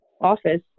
office